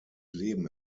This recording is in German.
leben